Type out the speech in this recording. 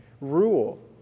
rule